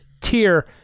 tier